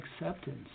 acceptance